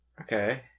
Okay